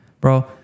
bro